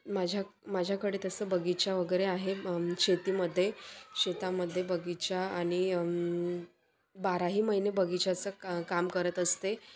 माझ्या माझ्याकडे तसं बगीचा वगैरे आहे शेतीमध्ये शेतामध्ये बगीचा आणि बाराही महिने बगीचाचं का काम करत असते